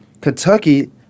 Kentucky